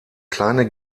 kleinste